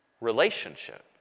Relationship